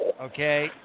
Okay